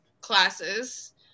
classes